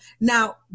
Now